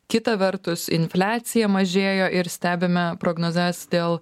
kita vertus infliacija mažėjo ir stebime prognozes dėl